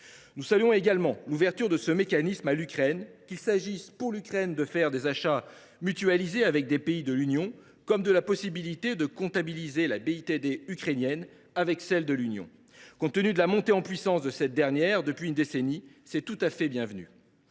Nous saluons également l’ouverture de ce mécanisme à l’Ukraine, qu’il s’agisse de la mutualisation des achats entre l’Ukraine et des pays de l’Union ou de la possibilité de comptabiliser la BITD ukrainienne avec celle de l’Union. Compte tenu de la montée en puissance de cette dernière, depuis une décennie, cette évolution est tout à fait bienvenue.